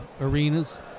arenas